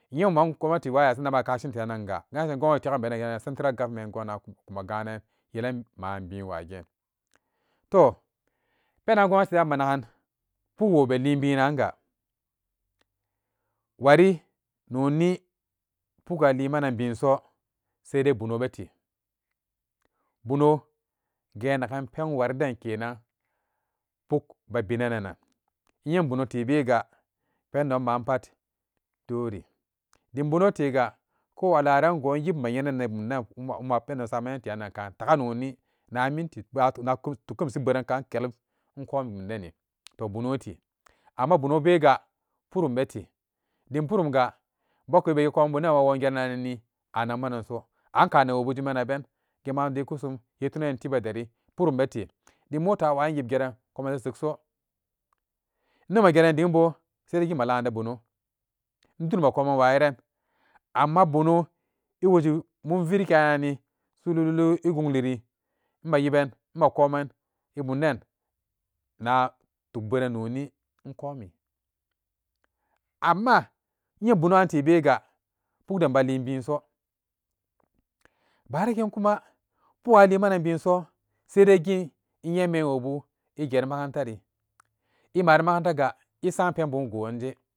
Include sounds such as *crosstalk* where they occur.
Inye buman gomnati wa yasang den kashi teyanga central government gon ma ganan yelan man bin wagen, tooh penan gomnati dan ma nagan pukwo be lin binan ga wari noni pukti mali manan binso saidai bono bete, bono gen nagan peri wari den kenan, puk be binanana, inye bono tebe ga pendon bapat dori, dim bono teega ko a laran go inyib mayenani bumden ma *hesitation* mapendon samananteyan ka taaga noni na minti na-na tukemsi pberan ka kelun in komi bumdeni bono to, amma bona be ga purum be te dim purumga boonbe komani bumden bonwo geranni a nakmananso, anka newobu jima naben geman deukusum titunanan tiiba deri purum bete dim mota a wayin yib geran koman ɛ sekso inno ma gerani dingbo saidai inyib malan da bono, in dut makoman wayiran. Amma bono ɛ woshi mum virki ranni sululu ɛ gungliri ma yiban makoman ɛ bumden na tuk pberan noni in komi, amma inye bonaran tebega pukden balin binso baara ken kuma pukgan alimanan binso saidai gin inye menwobu ɛ geri makaranta ri ɛ mari makaranta ga ɛ saman penbun gonje.